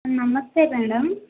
నమస్తే మేడం